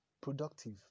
productive